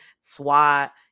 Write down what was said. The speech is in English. SWAT